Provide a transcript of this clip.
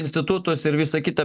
institutus ir visa kita